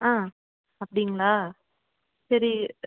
ஆ அப்படிங்ளா சரி